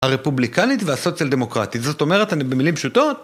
הרפובליקנית והסוציאל דמוקרטית, זאת אומרת, אני במילים פשוטות...